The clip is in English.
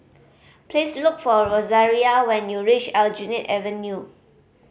please look for Rosaria when you reach Aljunied Avenue